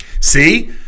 See